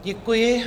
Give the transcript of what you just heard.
Děkuji.